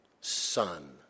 son